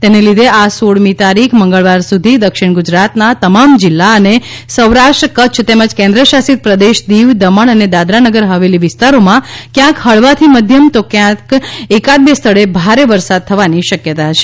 તેને લીધે આ સોળમી તારીખ મંગળવાર સુધી દક્ષિણ ગુજરાતનાં તમામ જિલ્લા અને સૌરાષ્ટ્ર કચ્છ તેમજ કેન્દ્રશાસીત પ્રદેશ દિવ દમણ અને દાદરા નગર હવેલી વિસ્તારોમાં ક્યાંક હળવાંથી મધ્યમ તો એકાદ બે સ્થળે ભારે વરસાદ થવાંની શક્યતાં છે